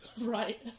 Right